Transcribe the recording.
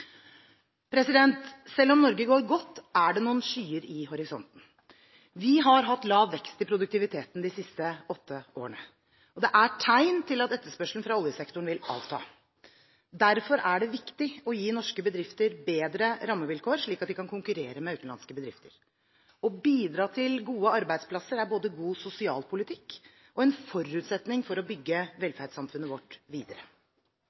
Selv om Norge går godt, er det noen skyer i horisonten. Vi har hatt lav vekst i produktiviteten de siste åtte årene. Det er tegn til at etterspørselen fra oljesektoren vil avta. Derfor er det viktig å gi norske bedrifter bedre rammevilkår slik at de kan konkurrere med utenlandske bedrifter. Å bidra til gode arbeidsplasser er både god sosialpolitikk og en forutsetning for å bygge velferdssamfunnet vårt videre.